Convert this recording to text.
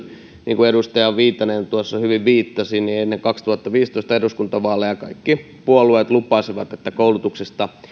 kun kuten edustaja viitanen tuossa hyvin viittasi ennen kaksituhattaviisitoista eduskuntavaaleja kaikki puolueet lupasivat että koulutuksesta ei